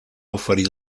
oferir